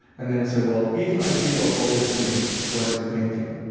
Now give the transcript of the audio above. and then i said, well, if i give up all these things, what is painting,